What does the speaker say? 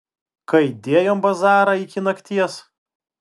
kai dėjom bazarą iki nakties